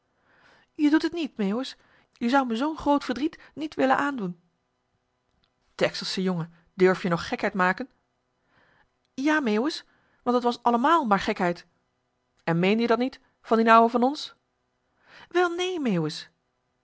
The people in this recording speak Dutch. je doet het niet meeuwis je zou me zoo'n groot verdriet niet willen aandoen dekselsche jongen durf je nog gekheid maken ja meeuwis want t was àllemaal maar gekheid en meende je dat niet van dien ouwe van ons welneen meeuwis